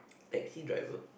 taxi driver